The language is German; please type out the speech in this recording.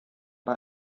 bei